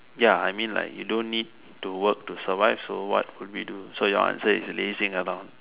ya I mean like you don't need to work to survive so what would we do so your answer is lazing around